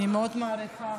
אני מאוד מעריכה,